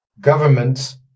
government